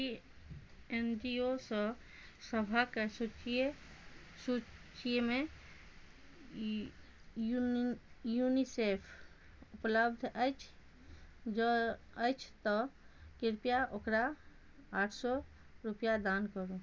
की N G O सऽ सभक सूची सूचीमे युनि यूनिसेफ उपलब्ध अछि जँ अछि तऽ कृप्या ओकरा आठ सए रूपैआ दान करू